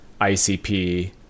ICP